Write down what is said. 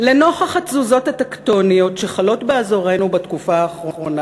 "לנוכח התזוזות הטקטוניות שחלות באזורנו בתקופה האחרונה,